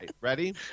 Ready